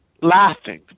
laughing